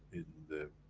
in the,